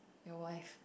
your wife